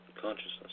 consciousness